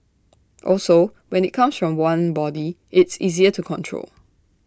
also when IT comes from one body it's easier to control